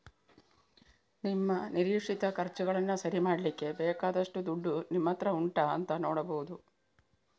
ನಿಮ್ಮ ನಿರೀಕ್ಷಿತ ಖರ್ಚುಗಳನ್ನ ಸರಿ ಮಾಡ್ಲಿಕ್ಕೆ ಬೇಕಾದಷ್ಟು ದುಡ್ಡು ನಿಮ್ಮತ್ರ ಉಂಟಾ ಅಂತ ನೋಡ್ಬಹುದು